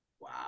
Wow